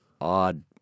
odd